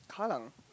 Kallang